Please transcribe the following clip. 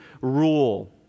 rule